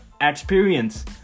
experience